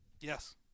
Yes